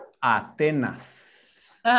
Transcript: Atenas